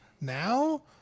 now